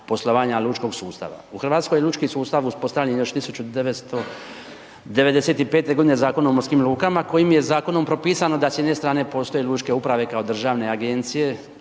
poslovanja lučkog sustava. U Hrvatskoj je lučki sustav uspostavljen još 1995. godine Zakonom o morskim lukama kojim je zakonom propisano s jedne strane postoje lučke uprave kao državne agencije